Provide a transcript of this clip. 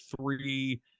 three